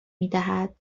میدهد